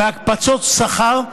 בהקפצות שכר.